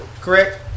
Correct